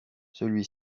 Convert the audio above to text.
celui